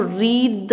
read